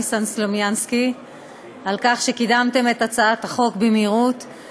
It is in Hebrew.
ניסן סלומינסקי על כך שקידמתם את הצעת החוק במהירות,